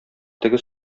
теге